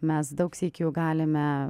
mes daug sykių galime